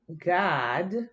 God